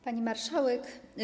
Pani Marszałek!